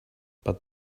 but